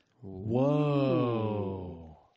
Whoa